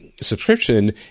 subscription